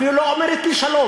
אפילו לא אומרת לי שלום.